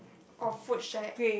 of food shack